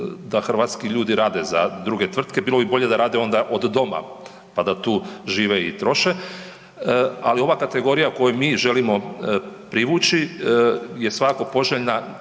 da hrvatski ljudi rade za druge tvrtke, bilo bi bolje da rade onda od doma, pa da tu žive i troše. Ali ova kategorija koju mi želimo privući je svakako poželjna